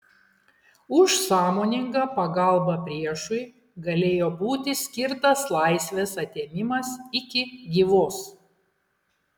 už sąmoningą pagalbą priešui galėjo būti skirtas laisvės atėmimas iki gyvos